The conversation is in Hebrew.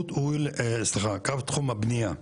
קו תחום הבנייה,